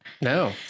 No